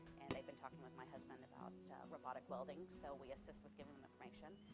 and they've been talking with my husband about robotic welding, so we assist with giving information.